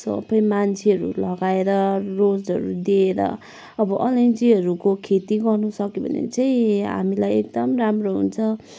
सबै मान्छेहरू लगाएर रोजहरू दिएर अब अलैँचीहरूको खेती गर्नु सक्यो भने चाहिँ हामीलाई एकदम राम्रो हुन्छ